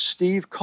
Steve